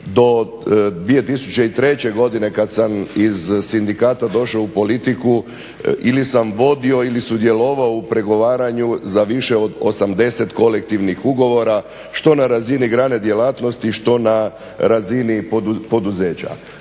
do 2003. godine kad sam iz sindikata došao u politiku ili sam vodio ili sudjelovao u pregovaranju za više od 80 kolektivnih ugovora što na razini grane djelatnosti, što na razini poduzeća.